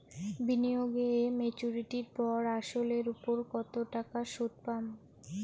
বিনিয়োগ এ মেচুরিটির পর আসল এর উপর কতো টাকা সুদ পাম?